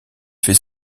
fait